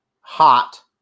hot